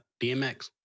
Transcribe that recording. dmx